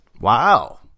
Wow